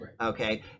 okay